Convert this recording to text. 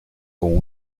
con